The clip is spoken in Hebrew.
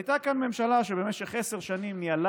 הייתה כאן ממשלה שבמשך עשר שנים ניהלה